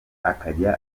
akajya